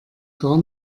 gar